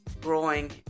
growing